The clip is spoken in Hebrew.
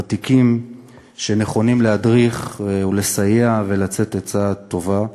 ותיקים שנכונים להדריך ולסייע ולהשיא עצה טובה.